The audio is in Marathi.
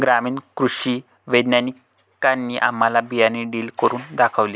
ग्रामीण कृषी वैज्ञानिकांनी आम्हाला बियाणे ड्रिल करून दाखवले